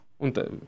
Und